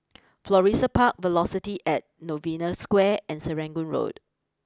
Florissa Park Velocity at Novena Square and Serangoon Road